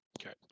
Okay